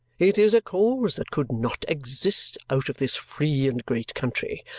it is a cause that could not exist out of this free and great country.